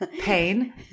pain